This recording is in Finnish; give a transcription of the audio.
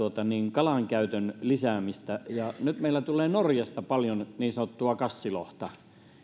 kalan käytön lisäämistä ja nyt meillä tulee norjasta paljon niin sanottua kassilohta